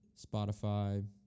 Spotify